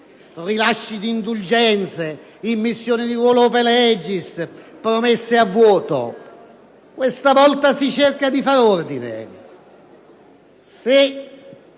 rilasci di indulgenze, immissione in ruolo *ope legis*, promesse a vuoto. Questa volta si cerca di fare ordine.